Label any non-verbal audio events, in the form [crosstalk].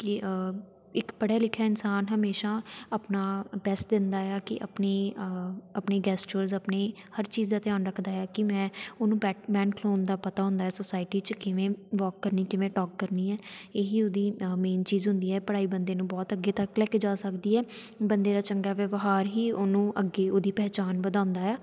ਕਿ ਇੱਕ ਪੜ੍ਹਿਆ ਲਿਖਿਆ ਇਨਸਾਨ ਹਮੇਸ਼ਾ ਆਪਣਾ ਬੈਸਟ ਦਿੰਦਾ ਹੈ ਕਿ ਆਪਣੀ ਆਪਣੀ ਗੈਸਚਰਸ ਆਪਣੇ ਹਰ ਚੀਜ਼ ਦਾ ਧਿਆਨ ਰੱਖਦਾ ਹੈ ਕਿ ਮੈਂ ਉਹਨੂੰ [unintelligible] ਲਾਉਣ ਦਾ ਪਤਾ ਹੁੰਦਾ ਹੈ ਸੁਸਾਇਟੀ 'ਚ ਕਿਵੇਂ ਵੋਕ ਕਰਨੀ ਕਿਵੇਂ ਟੋਕ ਕਰਨੀ ਹੈ ਇਹੀ ਉਹਦੀ ਮੇਨ ਚੀਜ਼ ਹੁੰਦੀ ਹੈ ਪੜ੍ਹਾਈ ਬੰਦੇ ਨੂੰ ਬਹੁਤ ਅੱਗੇ ਤੱਕ ਲੈ ਕੇ ਜਾ ਸਕਦੀ ਹੈ ਬੰਦੇ ਦਾ ਚੰਗਾ ਵਿਵਹਾਰ ਹੀ ਉਹਨੂੰ ਅੱਗੇ ਉਹਦੀ ਪਹਿਚਾਣ ਵਧਾਉਂਦਾ ਹੈ